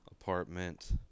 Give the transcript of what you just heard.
apartment